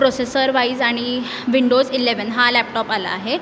processor wise आणि Windows eleven हा laptop आला आहे